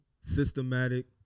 systematic